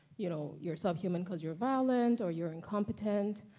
you know, you're subhuman because you're violent or you're incompetent,